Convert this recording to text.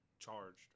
charged